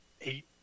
eight